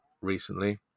recently